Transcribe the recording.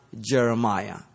Jeremiah